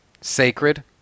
Sacred